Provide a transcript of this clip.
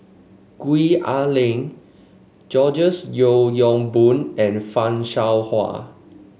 Gwee Ah Leng Georges Yeo Yong Boon and Fan Shao Hua